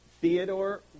Theodore